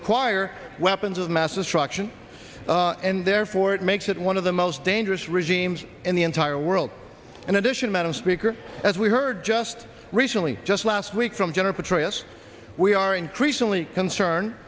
acquire weapons of mass destruction and therefore it makes it one of the most dangerous regimes in the entire world in addition madam speaker as we heard just recently just last week from general petraeus we are increasingly concerned